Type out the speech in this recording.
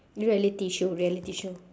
reality show reality show